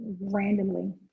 randomly